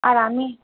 আর আমি